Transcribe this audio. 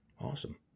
Awesome